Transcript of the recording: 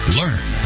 learn